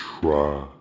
try